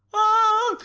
ah!